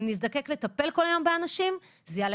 אם נזדקק לטפל כל היום באנשים זה יעלה